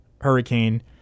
hurricane